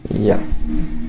Yes